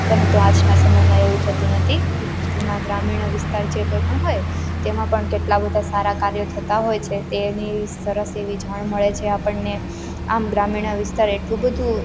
પરંતુ આજના સમયમાં એવું થતું નથી તેમાં ગ્રામીણ વિસ્તાર જે કોઈપણ હોય તેમાં પણ કેટલા બધા સારા કાર્યો થતાં હોય છે તેની સરસ એવી જાણ મળે છે આપણને આમ ગ્રામીણ વિસ્તાર એટલું બધું